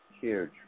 Huge